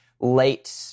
late